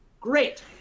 Great